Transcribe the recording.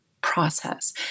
process